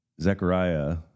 Zechariah